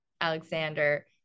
Alexander